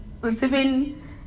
receiving